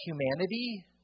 humanity